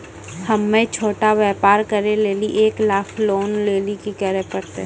हम्मय छोटा व्यापार करे लेली एक लाख लोन लेली की करे परतै?